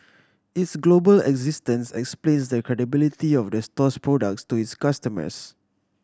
its global existence explains the credibility of the store's products to its customers